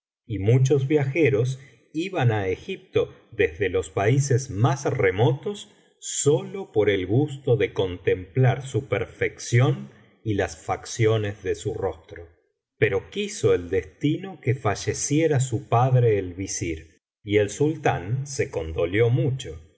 y muchos viajeros iban á egipto desde los países más remotos sólo por el gusto de contemplar su perfección y las facciones de su rostro pero quiso el destino que falleciera su padre el visir y el sultán se condolió mucho